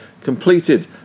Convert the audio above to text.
completed